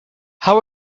how